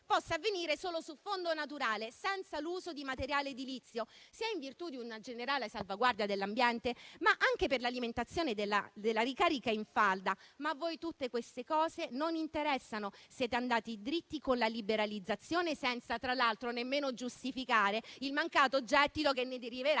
possa avvenire solo su fondo naturale, senza l'uso di materiale edilizio, sia in virtù di una generale salvaguardia dell'ambiente, ma anche per l'alimentazione della ricarica in falda, ma a voi tutte queste cose non interessano. Siete andati dritti con la liberalizzazione, senza tra l'altro nemmeno giustificare il mancato gettito che ne deriverà